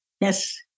Yes